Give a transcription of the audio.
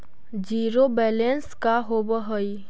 Zero balance का होव हइ?